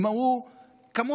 הם אמרו כמוך,